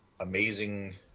amazing